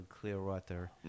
Clearwater